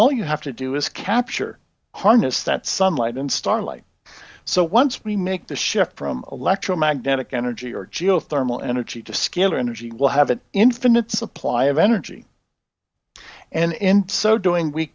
all you have to do is capture harness that sunlight and starlight so once we make the shift from electromagnetic energy or geothermal energy to skill or energy we'll have an infinite supply of energy and in so doing we